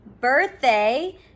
birthday